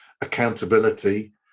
Accountability